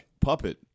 puppet